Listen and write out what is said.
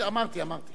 אמרתי, אמרתי.